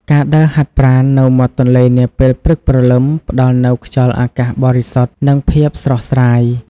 ការដើរហាត់ប្រាណនៅមាត់ទន្លេនាពេលព្រឹកព្រលឹម ផ្ដល់នូវខ្យល់អាកាសបរិសុទ្ធ និងភាពស្រស់ស្រាយ។